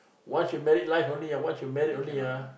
once you marry life already ah once you marry already ah